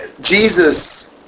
Jesus